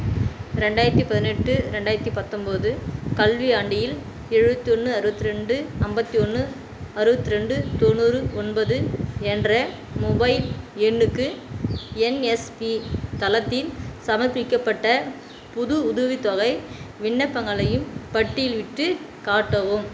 ரெண்டாயிரத்து பதினெட்டு ரெண்டாயிரத்து பத்தொம்பது கல்வியாண்டில் எழுபத்தி ஒன்று அறுபத்து ரெண்டு ஐம்பத்தி ஒன்று அறுபத்து ரெண்டு தொண்ணூறு ஒன்பது என்ற மொபைல் எண்ணுக்கு என்எஸ்பி தளத்தில் சமர்ப்பிக்கப்பட்ட புது உதவித்தொகை விண்ணப்பங்களையும் பட்டியலிட்டுக் காட்டவும்